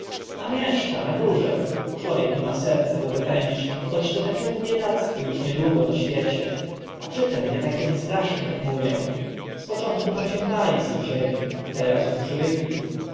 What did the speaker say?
a mieszka na górze człowiek nie ma serca go wypędzić boć to temu biedactwu uż niedługo na świecie a przy tym nie taki on straszny ak mówią z początku nam się bali sąsiedzi teraz uż przywykli